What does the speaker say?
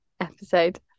episode